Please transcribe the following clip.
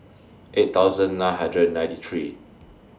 eight thousand nine hundred and ninety three